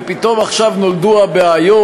ופתאום עכשיו נולדו הבעיות,